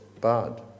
bad